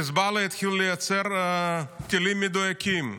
חיזבאללה יתחילו לייצר טילים מדויקים,